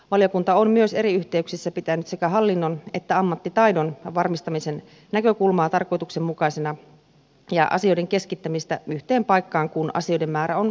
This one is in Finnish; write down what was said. valiokunta on myös eri yhteyksissä pitänyt sekä hallinnon että ammattitaidon varmistamisen näkökulmasta tarkoituksenmukaisena asioiden keskittämistä yhteen paikkaan kun asioiden määrä on vähäinen